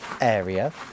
area